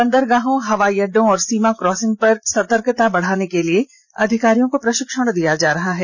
बंदरगाहों हवाई अड्डों और सीमा क्रासिंग पर सतर्कता बढ़ाने के लिए अधिकारियों को प्रशिक्षण दिया जा रहा है